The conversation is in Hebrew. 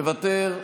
מוותר,